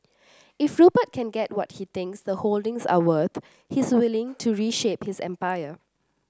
if Rupert can get what he thinks the holdings are worth he's willing to reshape his empire